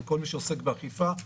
לכל מי שעוסק באכיפה,